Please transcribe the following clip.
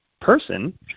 person